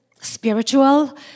spiritual